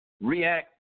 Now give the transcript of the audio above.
react